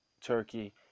turkey